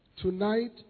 tonight